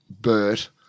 Bert